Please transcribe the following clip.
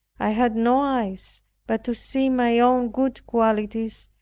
i had no eyes but to see my own good qualities,